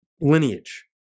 lineage